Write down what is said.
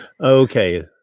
okay